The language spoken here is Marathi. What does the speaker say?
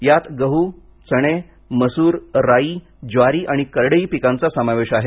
यात गहू चणे मसूर राई ज्वारी आणि करडई पिकांचा समावेश आहे